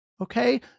okay